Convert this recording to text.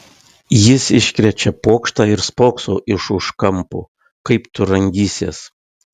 jis iškrečia pokštą ir spokso iš už kampo kaip tu rangysies